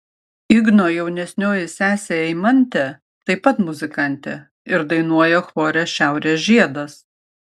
igno jaunesnioji sesė eimantė taip pat muzikantė ir dainuoja chore šiaurės žiedas